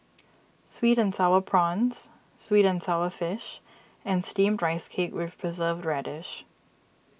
Sweet and Sour Prawns Sweet and Sour Fish and Steamed Rice Cake with Preserved Radish